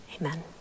amen